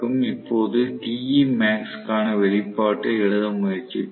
இப்போது Temax க்கான வெளிப்பாட்டை எழுத முயற்சிப்போம்